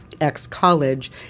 ex-college